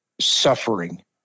suffering